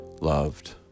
loved